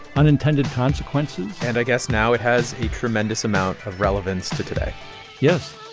unintended consequences and i guess now it has a tremendous amount of relevance to today yes